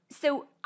so-